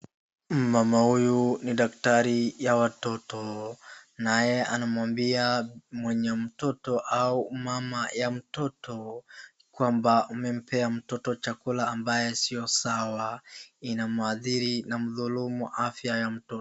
Mama huyu ni dakitari wa watoto, naye anamwambia mwenye mtoto au mama ya mtoto kwamba amempea mtoto chakula ambacho sio sawa. Inaadhiri na kudhulumu afya ya mtoto.